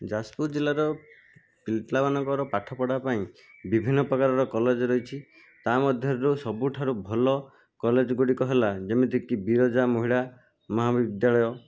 ଯାଜପୁର ଜିଲ୍ଲାର ପିଲାମାନଙ୍କର ପାଠ ପଢ଼ା ପାଇଁ ବିଭିନ୍ନ ପ୍ରକାରର କଲେଜ ରହିଛି ତା ମଧ୍ୟରୁ ସବୁଠାରୁ ଭଲ କଲେଜ ଗୁଡ଼ିକ ହେଲା ଯେମିତିକି ବିରଜା ମହିଳା ମହାବିଦ୍ୟାଳୟ